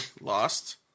lost